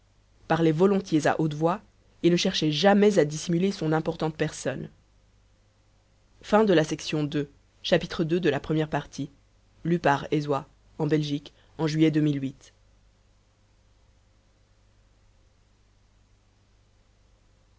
parlait volontiers à haute voix et ne cherchait jamais à dissimuler son importante personne